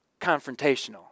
confrontational